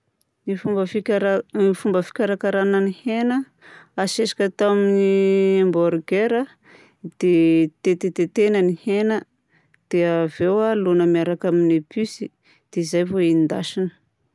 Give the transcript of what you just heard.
Ny fomba fikara- ny fomba fikarakarana ny hena asesika atao amin'ny hamburgers a dia tetitetehina ny hena dia avy eo alohina miaraka amin'ny episy dia izay vao hendasina.